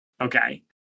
Okay